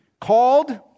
Called